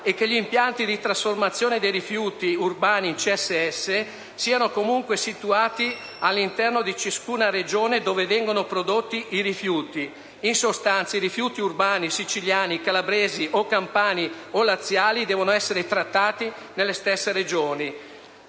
e che gli impianti di trasformazione dei rifiuti urbani in CSS siano comunque situati all'interno di ciascuna Regione dove vengono prodotti i rifiuti (in sostanza, i rifiuti urbani siciliani, calabresi, campani o laziali devono essere trattati nelle stesse Regioni);